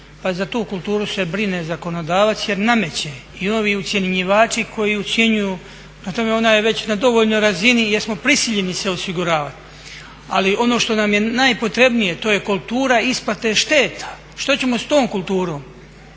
Pa za tu kulturu se brine zakonodavac jer nameće i ovi ucjenjivači koji ucjenjuju, prema tome, ona je već na dovoljno razini jer smo prisiljeni se osiguravati. Ali ono što nam je najpotrebnije to je kultura isplate šteta. Što ćemo sa tom kulturom?